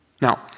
Now